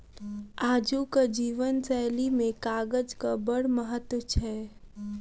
आजुक जीवन शैली मे कागजक बड़ महत्व छै